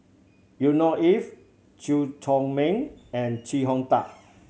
Yusnor Ef Chew Chor Meng and Chee Hong Tat